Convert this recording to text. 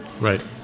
right